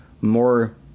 more